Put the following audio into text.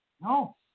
No